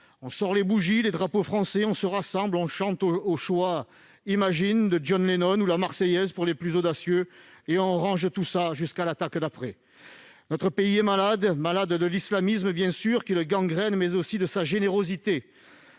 On sort les bougies, les drapeaux français. On se rassemble, on chante de John Lennon ou bien la Marseillaise pour les plus audacieux ; et l'on range tout jusqu'à l'attaque d'après ! Notre pays est malade de l'islamisme, qui le gangrène, mais aussi de sa générosité.